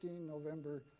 November